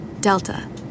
Delta